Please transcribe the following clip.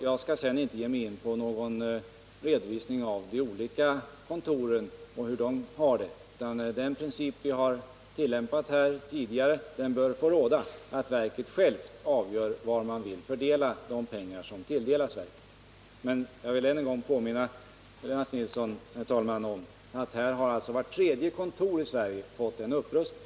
Jag skall inte gå in på någon redovisning av läget vid de enskilda kontoren. Jag vill bara säga att den princip vi tidigare har tillämpat, nämligen att verket självt avgör fördelningen av pengar som beviljas, bör få råda. Jag vill än en gång påminna Lennart Nilsson om att vart tredje kontor i landet fått en upprustning.